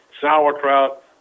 sauerkraut